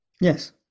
Yes